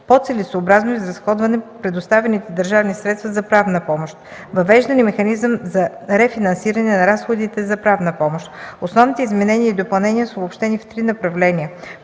по-целесъобразно изразходване предоставените държавни средства за правна помощ; - въвеждане механизъм за рефинансиране на разходите за правна помощ. Основните изменения и допълнения са обобщени в три направления: